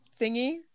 thingy